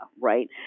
right